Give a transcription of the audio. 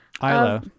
Ilo